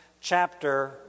chapter